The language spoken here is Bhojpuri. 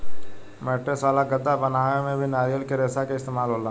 मैट्रेस वाला गद्दा बनावे में भी नारियल के रेशा के इस्तेमाल होला